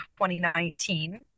2019